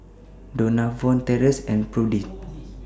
Donavon Tracee and Prudie